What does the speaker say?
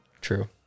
true